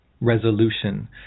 resolution